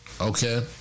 Okay